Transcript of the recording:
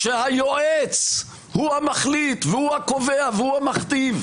שהיועץ הוא המחליט והוא הקובע והוא המכתיב,